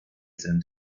sind